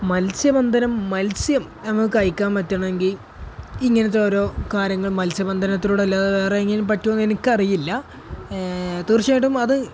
മത്സ്യബന്ധനം മത്സ്യം നമുക്ക് കഴിക്കാൻ പറ്റണമെങ്കില് ഇങ്ങനത്തെ ഓരോ കാര്യങ്ങൾ മത്സ്യബന്ധനത്തിലൂടെയല്ലാതെ വേറെ എങ്ങനെയെങ്കിലും പറ്റുമോയെന്ന എനിക്കറിയില്ല തീർച്ചയായിട്ടും അത്